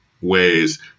ways